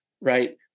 right